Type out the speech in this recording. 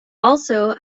also